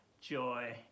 joy